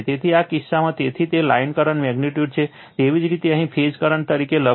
તેથી આ કિસ્સામાં તેથી તે લાઇન કરંટ મેગ્નિટ્યુડ છે તેવી જ રીતે અહીં ફેઝ કરંટ તરીકે લખો